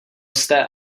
jste